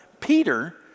Peter